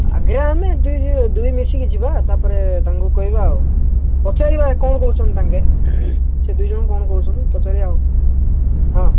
ଆଗେ ଆମେ ଦୁଇ ମିଶିକି ଯିବା ତାପରେ ତାଙ୍କୁ କହିବା ଆଉ ପଚାରିବା କ'ଣ କରୁଛନ୍ତି ତାଙ୍କେ ସିଏ ଦୁଇ ଜଣ କ'ଣ କହୁଛନ୍ତି ପଚାରିବା ଆଉ ହଁ